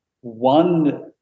one